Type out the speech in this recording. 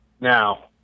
now